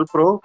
Pro